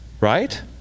Right